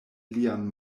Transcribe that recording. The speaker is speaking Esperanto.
lian